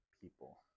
people